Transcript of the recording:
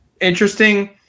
Interesting